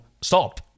stop